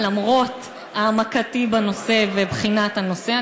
למרות העמקתי בנושא ובחינת הנושא.